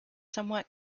somewhat